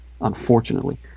unfortunately